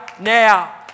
now